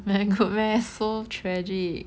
very good meh so tragic